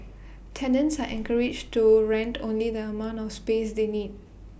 tenants are encouraged to rent only the amount of space they need